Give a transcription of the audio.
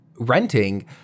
renting